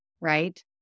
right